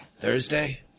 Thursday